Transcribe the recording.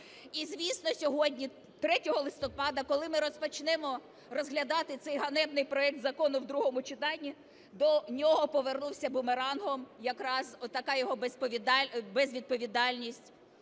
І, звісно, сьогодні, 3 листопада, коли ми розпочнемо розглядати цей ганебний проект закону в другому читанні, до нього повернувся бумерангом якраз отака його безвідповідальність